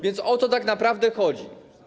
Więc o co tak naprawdę chodzi?